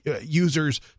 users